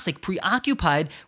preoccupied